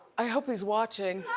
i hope he's watching.